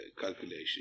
calculation